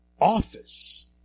office